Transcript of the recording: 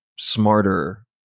smarter